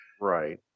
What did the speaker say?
Right